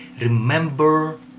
remember